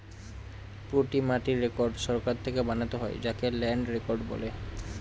প্রতি মাটির রেকর্ড সরকার থেকে বানাতে হয় যাকে ল্যান্ড রেকর্ড বলে